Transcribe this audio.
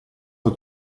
per